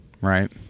right